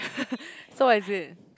so what is it